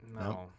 No